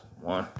One